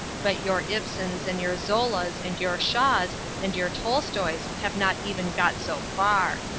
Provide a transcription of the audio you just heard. but your ibsens and your zolas and your shaws and your tolstoys have not even got so far.